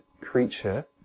creature